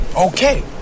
okay